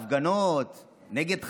הפגנות נגד חיילים,